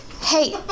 Hey